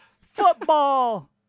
Football